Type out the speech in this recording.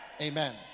Amen